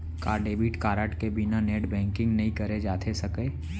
का debit card के बिना नेट बैंकिंग नई करे जाथे सके?